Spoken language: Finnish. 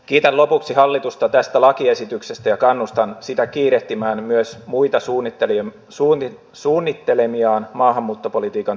kiitän lopuksi hallitusta tästä lakiesityksestä ja kannustan sitä kiirehtimään myös muita suunnittelemiaan maahanmuuttopolitiikan tiukennuksia